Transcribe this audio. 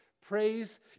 Praise